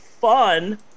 fun